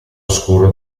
oscuro